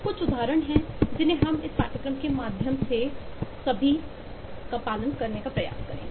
ये कुछ उदाहरण हैं जिन्हें हम इस पाठ्यक्रम के माध्यम से सभी का पालन करने का प्रयास करेंगे